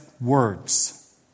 words